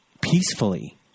peacefully